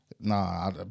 Nah